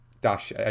Dash